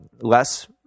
less